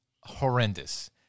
horrendous